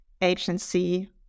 agency